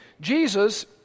Jesus